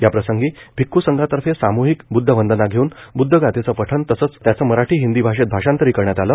याप्रसंगी भिक्ख् संघातर्फे साम्हिक बुद्ध वंदना घेऊन बुद्ध गाथेचं पठण आणि त्याचं मराठी हिंदी भाषेत भाषांतरही करण्यात आली